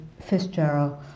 Fitzgerald